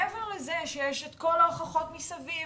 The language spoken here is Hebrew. מעבר לזה שיש את כל ההוכחות מסביב,